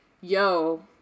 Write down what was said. yo